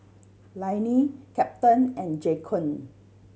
Lainey Captain and Jaquan